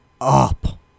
up